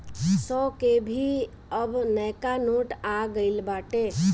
सौ के भी अब नयका नोट आ गईल बाटे